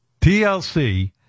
TLC